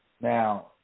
Now